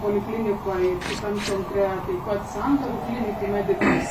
poliklinikoj kitam centre taip pat santarų klinikai medikais